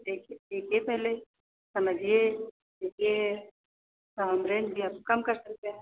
देखिए देखिए पहले समझिए सोचिए तो हम रेंज भी अब कम कर सकते हैं